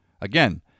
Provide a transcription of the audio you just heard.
Again